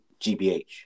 GBH